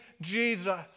Jesus